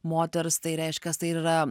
moters tai reiškias tai ir yra